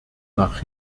nach